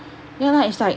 ya lah it's like